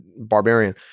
barbarian